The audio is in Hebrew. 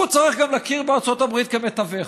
הוא צריך גם להכיר בארצות הברית כמתווך.